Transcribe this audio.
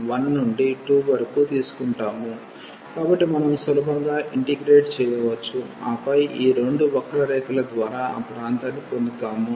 కాబట్టి మనం సులభంగా ఇంటిగ్రేట్ చేయవచ్చు ఆపై ఈ రెండు వక్ర రేఖల ద్వారా ఆ ప్రాంతాన్ని పొందుతాము